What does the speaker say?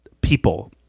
people